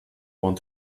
want